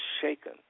shaken